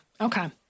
Okay